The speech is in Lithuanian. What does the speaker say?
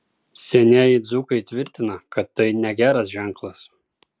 senieji dzūkai tvirtina kad tai negeras ženklas